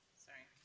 sorry